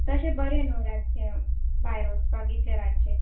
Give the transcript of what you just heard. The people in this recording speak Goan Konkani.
तशें बरें न्हू रातचें भायर वचपाक इतल्या रातचें